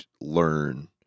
learn